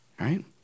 right